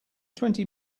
twenty